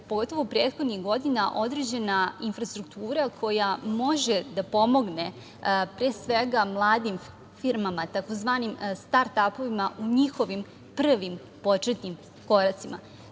pogotovo prethodnih godina, određena infrastruktura koja može da pomogne pre svega mladim firmama tzv. start-apovima u njihovim prvim početnim koracima.